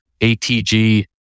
ATG